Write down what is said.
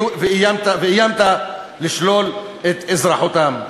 ואיימת לשלול את אזרחותם.